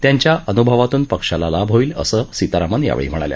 त्यांच्या अनुभवातून पक्षाला लाभ होईल असं सीतारामण यावेळी म्हणाल्या